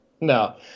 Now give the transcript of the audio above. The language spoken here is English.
no